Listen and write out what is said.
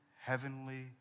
heavenly